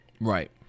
Right